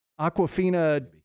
Aquafina